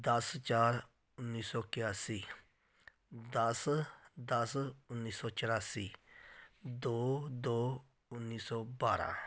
ਦਸ ਚਾਰ ਉੱਨੀ ਸੌ ਇਕਿਆਸੀ ਦਸ ਦਸ ਉੱਨੀ ਸੌ ਚੁਰਾਸੀ ਦੋ ਦੋ ਉੱਨੀ ਸੌ ਬਾਰ੍ਹਾਂ